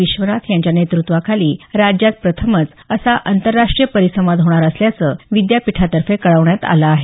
विश्वनाथा यांच्या नेतृत्वाखाली राज्यात प्रथमच असा आंतरराष्ट्रीय परिसंवाद होणार असल्याचं विद्यापीठातर्फे कळवण्यात आलं आहे